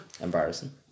embarrassing